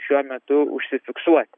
šiuo metu užsifiksuoti